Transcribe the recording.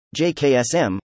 JKSM